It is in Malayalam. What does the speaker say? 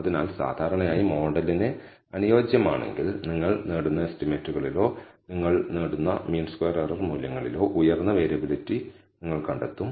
അതിനാൽ സാധാരണയായി മോഡലിന് അനുയോജ്യമാണെങ്കിൽ നിങ്ങൾ നേടുന്ന എസ്റ്റിമേറ്റുകളിലോ നിങ്ങൾ നേടുന്ന മീൻ സ്ക്വയർ എറർ മൂല്യങ്ങളിലോ ഉയർന്ന വേരിയബിളിറ്റി നിങ്ങൾ കണ്ടെത്തും